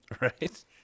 Right